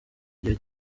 igihe